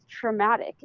traumatic